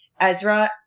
Ezra